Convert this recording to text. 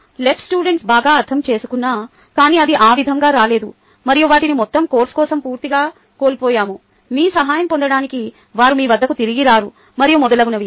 LS బాగా అర్థం చేసుకున్నా కానీ అది ఆ విధంగా రాలేదు మరియు వాటిని మొత్తం కోర్సు కోసం పూర్తిగా కోల్పోయాము మీ సహాయం పొందడానికి వారు మీ వద్దకు తిరిగి రారు మరియు మొదలగునవి